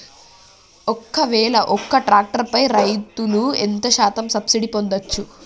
ఒక్కవేల ఒక్క ట్రాక్టర్ పై రైతులు ఎంత శాతం సబ్సిడీ పొందచ్చు?